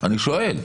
אני שואל.